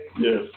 Yes